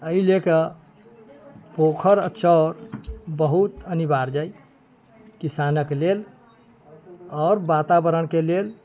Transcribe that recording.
एहि ले कऽ पोखरि आ चौर बहुत अनिवार्य अछि किसानके लेल आओर वातावरणके लेल